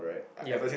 ya